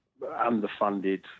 underfunded